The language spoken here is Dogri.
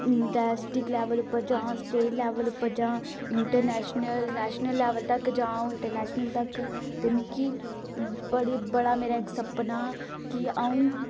डिस्टिक लैवल उप्पर जां स्टेट लैवल उप्पर जां इन्टरनैशनल नैशनल लैवल तक जां अ'ऊं इंटरनैशनल तक ते मिकी बड़े बड़ा मेरा इक सपना कि अ'ऊं